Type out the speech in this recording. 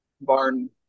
Barn